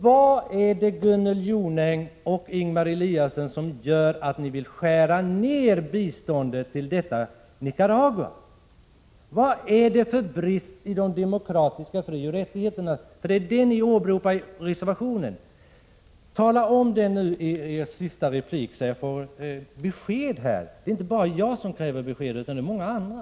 Vad är det, Gunnel Jonäng och Ingemar Eliasson, som gör att ni vill skära ner biståndet till Nicaragua? Vad är det för brister i de demokratiska frioch rättigheterna? Det är ju sådana argument ni åberopar i reservationen. Tala om det nui er sista replik, så att vi får besked! Det är inte bara jag som kräver besked utan också många andra.